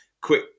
quick